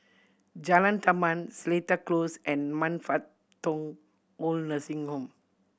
Jalan Taman Seletar Close and Man Fut Tong Old Nursing Home